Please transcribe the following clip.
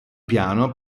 piano